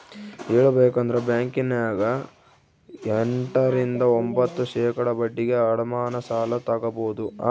ಹೇಳಬೇಕಂದ್ರ ಬ್ಯಾಂಕಿನ್ಯಗ ಎಂಟ ರಿಂದ ಒಂಭತ್ತು ಶೇಖಡಾ ಬಡ್ಡಿಗೆ ಅಡಮಾನ ಸಾಲ ತಗಬೊದು